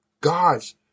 God's